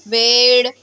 वेड